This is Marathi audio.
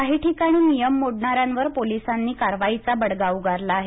काही ठिकाणी नियम मोडणाऱ्यावर पोलिसांनी कारवाईचा बडगा उगारला आहे